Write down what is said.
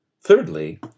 Thirdly